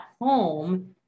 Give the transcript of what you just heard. home